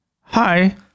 Hi